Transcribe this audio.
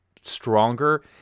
stronger